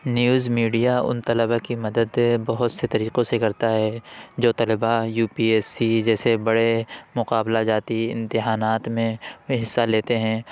news media ان طلبا کی مدد بہت سے طریقوں سے کرتا ہے جو طلبا یو پی ایس سی جیسے بڑے مقابلہ جاتی امتحانات میں حصہ لیتے ہیں